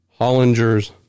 Hollingers